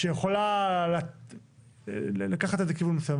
שיכולה לקחת את זה לכיוון מסוים.